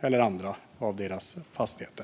exproprierar deras fastigheter?